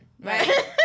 right